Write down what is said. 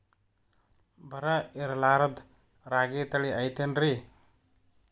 ಬರ ಇರಲಾರದ್ ರಾಗಿ ತಳಿ ಐತೇನ್ರಿ?